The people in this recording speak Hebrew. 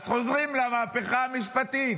אז חוזרים למהפכה המשפטית.